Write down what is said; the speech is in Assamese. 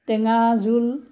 টেঙা জোল